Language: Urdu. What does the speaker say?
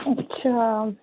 اچھا